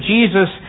Jesus